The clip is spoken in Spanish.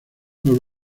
los